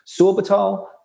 Sorbitol